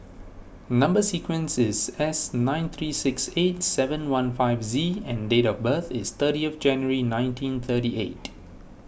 Number Sequence is S nine three six eight seven one five Z and date of birth is thirty of January nineteen thirty eight